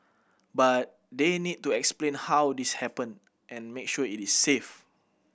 but they need to explain how this happened and make sure it is safe